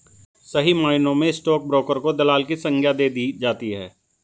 सही मायनों में स्टाक ब्रोकर को दलाल की संग्या दे दी जाती है